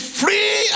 free